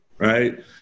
right